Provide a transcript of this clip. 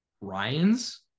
Ryan's